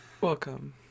Welcome